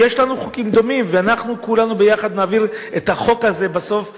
יש לנו חוקים דומים ואנחנו כולנו נעביר את החוק הזה בסוף ביחד,